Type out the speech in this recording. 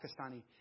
Pakistani